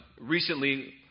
recently